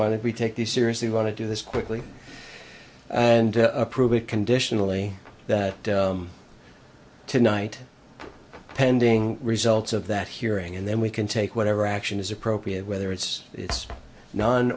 if we take this seriously want to do this quickly and approve it conditionally that tonight pending results of that hearing and then we can take whatever action is appropriate whether it's it's non